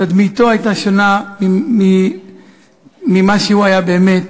תדמיתו הייתה שונה ממה שהוא היה באמת,